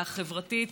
החברתית,